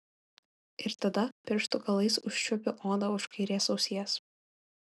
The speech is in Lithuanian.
ir tada pirštų galais užčiuopiu odą už kairės ausies